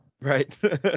Right